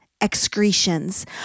excretions